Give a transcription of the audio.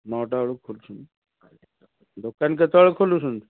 ନ ଟା ବେଳକୁ ଖୋଲୁଛି ଦୋକାନ କେତେବେଳେକୁ ଖୋଲୁଛନ୍ତି